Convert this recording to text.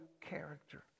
character